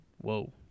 Whoa